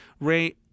Ray